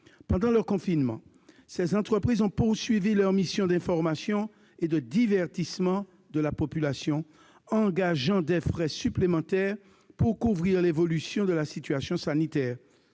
Pendant le confinement, ces entreprises ont poursuivi leurs missions d'information et de divertissement de la population, engageant des frais supplémentaires pour couvrir l'évolution de la situation sanitaire.